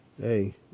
Hey